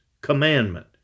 commandment